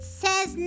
says